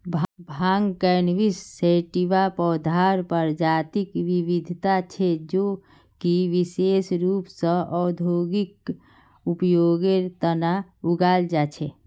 भांग cannabis sativa पौधार प्रजातिक विविधता छे जो कि विशेष रूप स औद्योगिक उपयोगेर तना उगाल जा छे